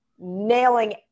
nailing